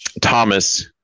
Thomas